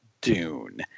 Dune